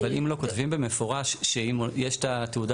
אבל אם לא כותבים במפורש שאם יש את התעודה